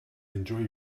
enjoy